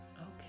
Okay